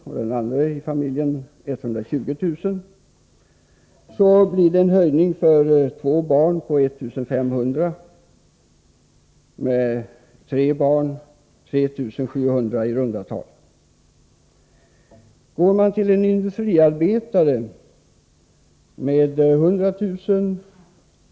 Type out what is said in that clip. och den andra 120 000 kr., blir det en höjning på 1 500 kr. om familjen har två barn och i runda tal 3 700 kr. om familjen har tre barn. För en industriarbetarfamilj, där den ena maken tjänar 100 000 kr.